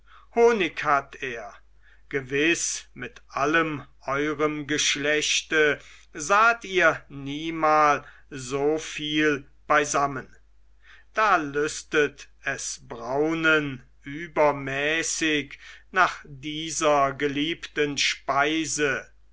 honig hat er gewiß mit allem eurem geschlechte saht ihr niemal so viel beisammen da lüstet es braunen übermäßig nach dieser geliebten speise